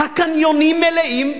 הקניונים מלאים,